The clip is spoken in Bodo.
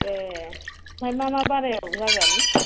ए मा मा बारायाव जागोन